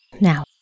Now